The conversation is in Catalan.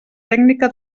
tècnica